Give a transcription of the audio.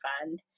fund